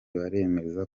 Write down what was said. baremeza